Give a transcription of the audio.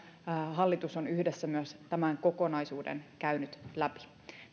hallitus on yhdessä myös tämän kokonaisuuden käynyt läpi